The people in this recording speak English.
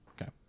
Okay